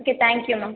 okay thank you ma'am